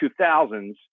2000s